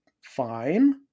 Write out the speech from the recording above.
fine